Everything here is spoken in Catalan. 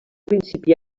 principi